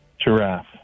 Giraffe